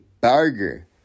burger